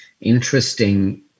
interesting